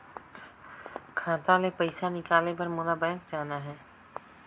खाता ले पइसा निकाले बर मोला बैंक जाना हे?